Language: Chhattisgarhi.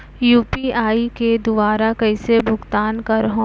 यू.पी.आई के दुवारा कइसे भुगतान करहों?